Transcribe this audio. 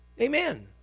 Amen